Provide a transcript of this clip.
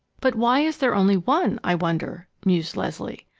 but why is there only one, i wonder? mused leslie.